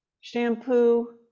shampoo